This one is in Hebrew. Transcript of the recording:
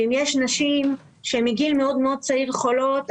אם יש נשים שמגיל מאוד מאוד צעיר חולות,